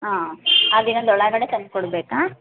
ಹಾಂ ಆ ದಿನದ ಒಳಗಡೆ ತಂದು ಕೊಡಬೇಕಾ